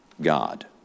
God